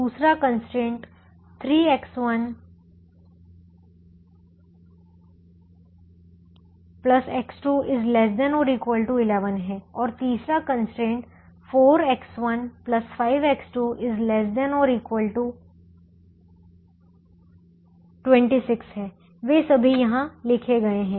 दूसरा constraint 3X1 X2 ≤ 11 है और तीसरा कंस्ट्रेंट 4X1 5X2 ≤ 26 है वे सभी यहां लिखे गए हैं